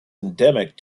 endemic